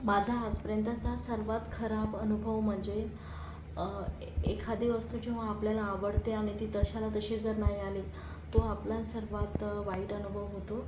माझा आजपर्यंतचा सर्वात खराब अनुभव म्हणजे एखादी वस्तू जेव्हा आपल्याला आवडते आणि ती तशाला तशी जर नाही आली तो आपला सर्वात वाईट अनुभव होतो